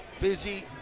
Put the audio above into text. busy